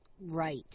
right